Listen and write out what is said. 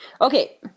Okay